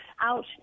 out